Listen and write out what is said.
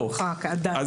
אז